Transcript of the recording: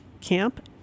Camp